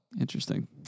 Interesting